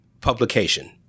publication